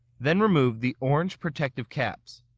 then remove the orange protective caps.